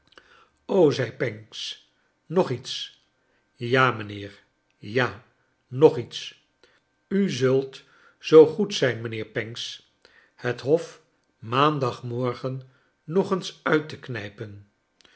zei pancks nog lets ja mijnheer ja nog iets u zult zoo goed zijn mijnheer pancks het hof maandagmorgen nog eens uit te knijpen